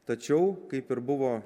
tačiau kaip ir buvo